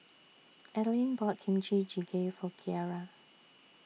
Adelyn bought Kimchi Jjigae For Kyara